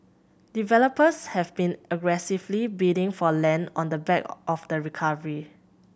developers have been aggressively bidding for land on the back of the recovery